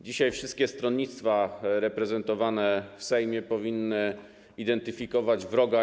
Dzisiaj wszystkie stronnictwa reprezentowane w Sejmie powinny identyfikować jednego wroga.